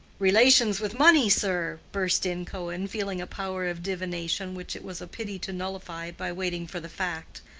relations with money, sir? burst in cohen, feeling a power of divination which it was a pity to nullify by waiting for the fact.